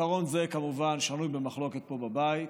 עיקרון זה כמובן שנוי במחלוקת פה בבית,